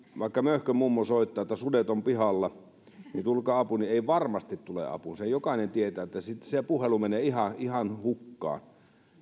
vaikka ilomantsilainen möhkön mummo soittaa että sudet ovat pihalla tulkaa apuun niin ei varmasti tulla apuun sen jokainen tietää että se puhelu menee ihan ihan hukkaan